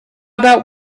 about